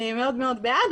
אני מאוד בעד,